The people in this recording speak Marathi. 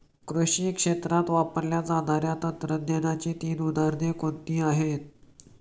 कृषी क्षेत्रात वापरल्या जाणाऱ्या तंत्रज्ञानाची तीन उदाहरणे कोणती आहेत?